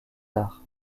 arts